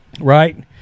right